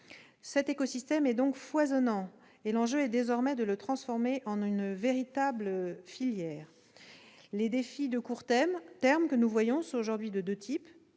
Cet écosystème est donc foisonnant, et l'enjeu est désormais de le transformer en une véritable filière. Les défis de court terme que nous voyons sont aujourd'hui de deux types.